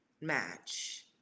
match